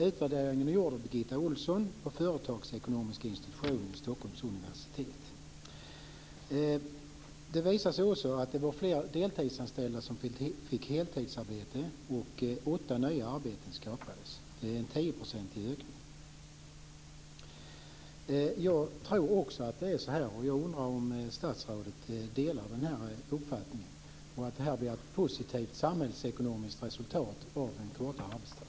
Utvärderingen är gjord av Birgitta Olsson på företagsekonomiska institutionen vid Stockholms universitet. Det visade sig också att fler deltidsanställda fick heltidsarbete, och åtta nya arbeten skapades. Det är en tioprocentig ökning. Jag tror också att det är så här. Jag undrar om statsrådet delar uppfattningen att det blir ett positivt samhällsekonomiskt resultat av en kortare arbetstid.